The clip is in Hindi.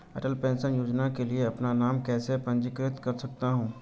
मैं अटल पेंशन योजना के लिए अपना नाम कैसे पंजीकृत कर सकता हूं?